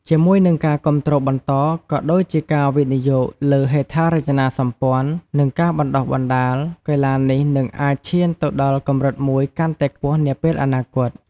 ជាមួយនឹងការគាំទ្របន្ត ក៏ដូចជាការវិនិយោគលើហេដ្ឋារចនាសម្ព័ន្ធ និងការបណ្តុះបណ្តាល កីឡានេះនឹងអាចឈានទៅដល់កម្រិតមួយកាន់តែខ្ពស់នាពេលអនាគត។